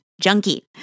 junkie